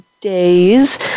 days